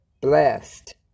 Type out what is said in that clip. blessed